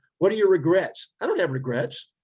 what are your regrets i don't have regrets.